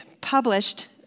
published